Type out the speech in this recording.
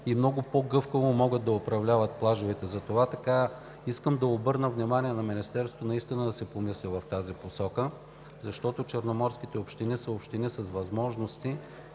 и много по-гъвкаво могат да управляват плажовете. Затова искам да обърна внимание на Министерството наистина да се помисли в тази посока, защото черноморските общини са общини с възможности